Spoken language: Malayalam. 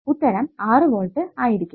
ഉത്തരം 6 വോൾട്ട് ആയിരിക്കും